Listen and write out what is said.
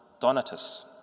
Donatus